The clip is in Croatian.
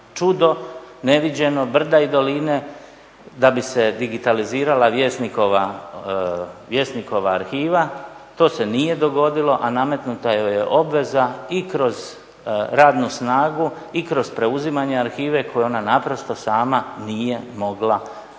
čudo neviđeno, brda i doline da bi se digitalizirala Vjesnikova arhiva. To se nije dogodilo, a nametnuta joj je obveza i kroz radnu snagu i kroz preuzimanje arhive koju ona naprosto sama nije mogla izvršiti.